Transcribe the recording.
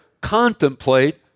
contemplate